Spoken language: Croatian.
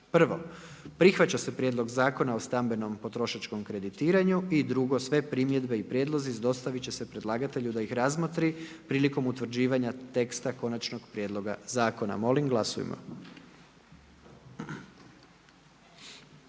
Prihvaća se Prijedlog Zakona o sigurnosnoj zaštiti pomorskih brodova i luka i sve primjedbe i prijedlozi dostaviti će se predlagatelju da ih razmotri prilikom utvrđivanja teksta konačnog prijedloga zakona. Molim uključite